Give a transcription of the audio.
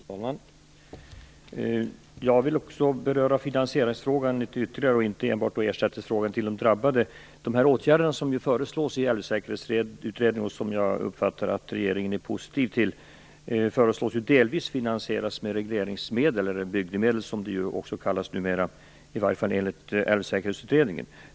Fru talman! Jag vill också ytterligare beröra finansieringsfrågan, inte enbart frågan om ersättning till de drabbade. De åtgärder som föreslås i Älvsäkerhetsutredningen, som jag uppfattar att regeringen är positiv till, föreslås ju delvis finansieras med regleringsmedel eller bygdemedel, som det ju också kallas i Älvsäkerhetsutredningen.